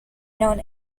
known